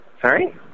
Sorry